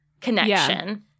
connection